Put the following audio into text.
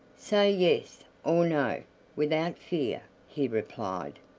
say yes or no without fear, he replied.